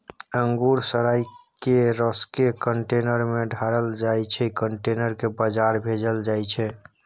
अंगुर सराए केँ रसकेँ कंटेनर मे ढारल जाइ छै कंटेनर केँ बजार भेजल जाइ छै